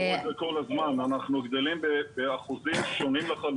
אני אומר את זה כל הזמן: אנחנו גדלים באחוזים שונים לחלוטין.